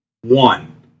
one